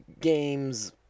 games